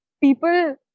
people